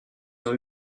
ont